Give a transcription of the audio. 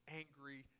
angry